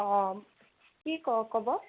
অঁ কি ক ক'ব